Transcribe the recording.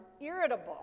irritable